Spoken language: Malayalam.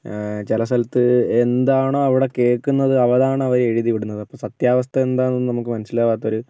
ചില സ്ഥലത്ത് എന്താണോ അവിടെ കേൾക്കുന്നത് അതാണ് അവരെഴുതിവിടുന്നത് അപ്പോൾ സത്യാവസ്ഥ എന്താണെന്ന് നമുക്ക് മനസ്സിലാവാത്ത ഒരു